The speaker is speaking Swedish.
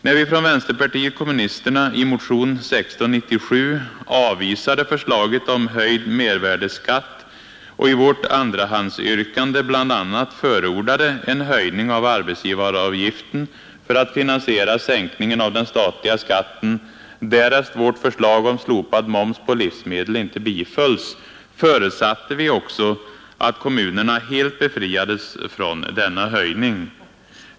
När vi från vänsterpartiet kommunisterna i motion 1697 avvisade förslaget om höjd mervärdeskatt och i vårt andrahandsyrkande bl.a. förordade en höjning av arbetsgivaravgiften för att finansiera sänkningen av den statliga skatten, därest vårt förslag om slopad moms på livsmedel inte bifölls, förutsatte vi att kommunerna helt befriades från denna höjning.